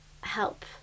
help